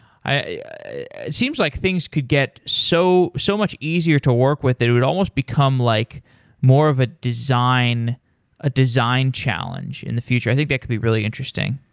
it seems like things could get so so much easier to work with that it would almost become like more of a design ah design challenge in the future. i think that could be really interesting.